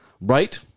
Right